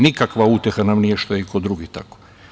Nikakva uteha nam nije što je i kod drugih tako.